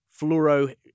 fluoro